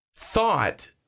Thought